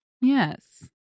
yes